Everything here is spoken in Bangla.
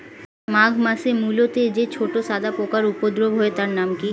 মাঘ মাসে মূলোতে যে ছোট সাদা পোকার উপদ্রব হয় তার নাম কি?